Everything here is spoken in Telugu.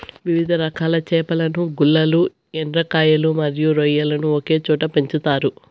వివిధ రకాల చేపలను, గుల్లలు, ఎండ్రకాయలు మరియు రొయ్యలను ఒకే చోట పెంచుతారు